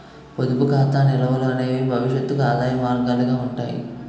పొదుపు ఖాతా నిల్వలు అనేవి భవిష్యత్తుకు ఆదాయ మార్గాలుగా ఉంటాయి